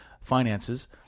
finances